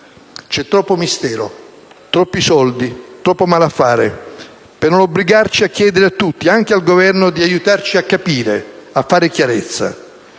C'è troppo mistero, troppi soldi, troppo malaffare per non obbligarci a chiedere a tutti, anche al Governo, di aiutarci a capire, a fare chiarezza.